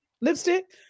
Lipstick